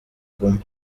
guma